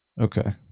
Okay